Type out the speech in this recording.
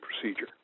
Procedure